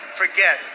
forget